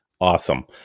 Awesome